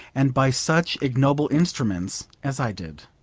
and by such ignoble instruments, as i did.